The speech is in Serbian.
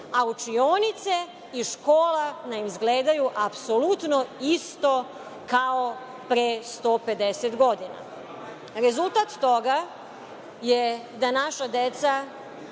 a učionice i škole nam izgledaju apsolutno isto kao pre 150 godina. Rezultat toga je da naša deca